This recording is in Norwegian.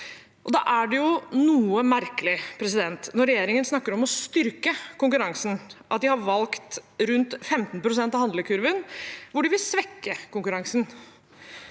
Da er det jo noe merkelig, når regjeringen snakker om å styrke konkurransen, at de har valgt rundt 15 pst. av handlekurven hvor de vil svekke konkurransen.